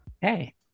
Hey